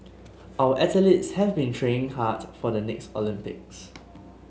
our athletes have been training hard for the next Olympics